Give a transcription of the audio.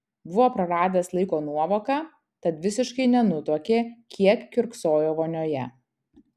buvo praradęs laiko nuovoką tad visiškai nenutuokė kiek kiurksojo vonioje